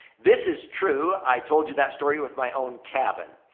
this is true. i told you that story with my own cabin.